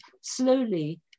slowly